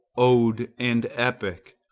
ode and epic,